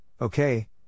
okay